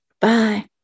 Bye